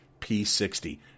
P60